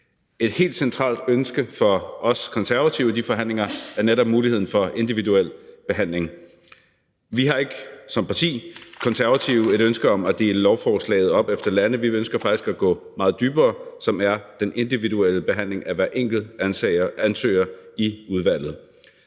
Et helt centralt ønske for os konservative i de forhandlinger er netop muligheden for individuel behandling. Vi har ikke som parti et ønske om at dele lovforslaget op efter lande; vi ønsker faktisk at gå meget dybere, dvs. den individuelle behandling af hver enkelt ansøger i udvalget.